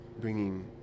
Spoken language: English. bringing